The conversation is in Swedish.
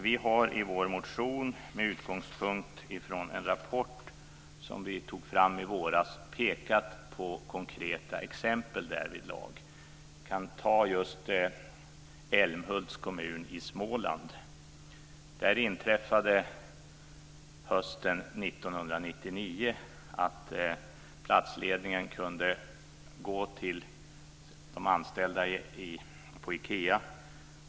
Vi har i vår motion, med utgångspunkt från en rapport som vi tog fram i våras, pekat på några konkreta exempel. I Älmhults kommun i Småland utmanade platsledningen på hösten 1999 de anställda på Ikea.